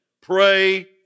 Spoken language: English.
pray